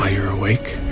ah you're awake?